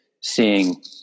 seeing